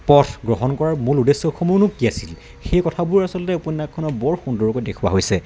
পথ গ্ৰহণ কৰা মূল উদ্দেশ্যসমূহনো কি আছিল সেই কথাবোৰ আচলতে উপন্যাসখনত বৰ সুন্দৰকৈ দেখুওৱা হৈছে